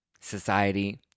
society